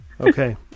Okay